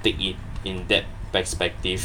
take it in that perspective